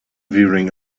wearing